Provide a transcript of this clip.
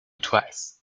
twice